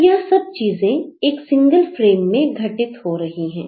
तो यह सब चीजें एक सिंगल फ्रेम में घटित हो रही हैं